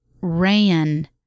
ran